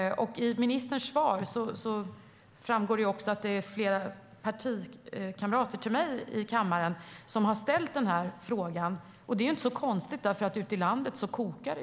Av ministerns svar framgår också att flera partikamrater till mig har ställt den här frågan. Det är inte så konstigt, för ute i landet kokar det.